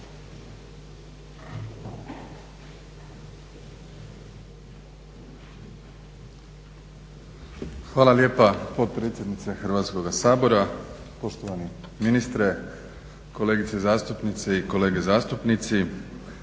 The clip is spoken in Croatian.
Hvala lijepa potpredsjednice Hrvatskoga sabora, poštovani ministre, kolegice zastupnice i kolege zastupnici.